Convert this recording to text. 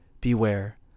Beware